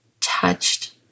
touched